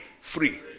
Free